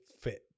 fit